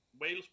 Wales